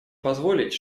позволить